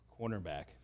cornerback